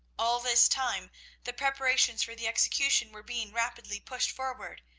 all this time the preparations for the execution were being rapidly pushed forward,